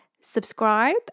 subscribe